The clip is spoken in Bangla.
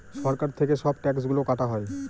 সরকার থেকে সব ট্যাক্স গুলো কাটা হয়